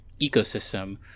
ecosystem